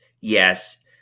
yes